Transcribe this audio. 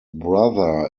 brother